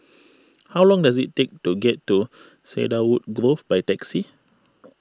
how long does it take to get to Cedarwood Grove by taxi